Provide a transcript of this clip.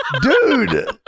Dude